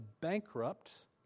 bankrupt